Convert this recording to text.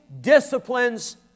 disciplines